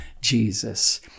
jesus